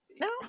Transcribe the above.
No